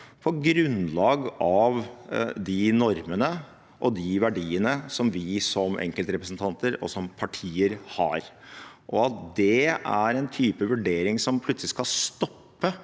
på grunnlag av de normene og de verdiene vi som enkeltrepresentanter og partier har. At det er en type vurdering som plutselig skal stoppe